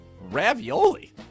Ravioli